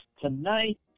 Tonight